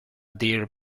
deer